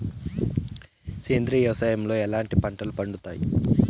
సేంద్రియ వ్యవసాయం లో ఎట్లాంటి పంటలు పండుతాయి